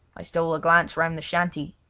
i stole a glance round the shanty,